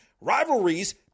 rivalries